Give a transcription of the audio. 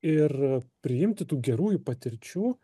ir priimti tų gerųjų patirčių